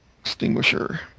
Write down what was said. extinguisher